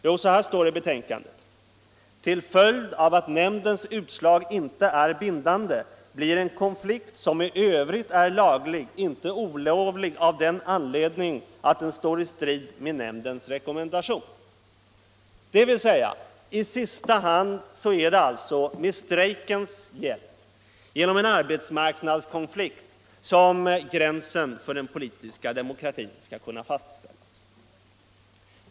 Jo, så här står det i utskottsbetänkandet: ”Till följd av att nämndens utslag inte är bindande blir en konflikt som i övrigt är laglig inte olovlig av den anledningen att den står i strid med nämndens rekommendation.” Detta innebär att i sista hand är det med strejkens hjälp, genom en arbetsmarknadskonflikt, som gränserna för den politiska demokratin skall kunna fastställas.